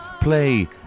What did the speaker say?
Play